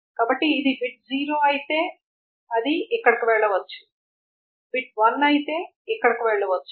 కాబట్టి ఇది బిట్ 0 అయితే అది ఇక్కడకు వెళ్లవచ్చు బిట్ 1 అయితే ఇక్కడకు వెళ్లవచ్చు